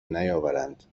نیاورند